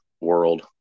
world